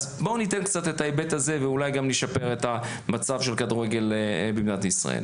בואו ניתן קצת את ההיבט הזה ואולי גם נשפר את מצב הכדורגל במדינת ישראל.